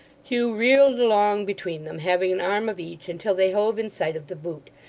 hugh reeled along between them, having an arm of each, until they hove in sight of the boot,